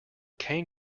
cane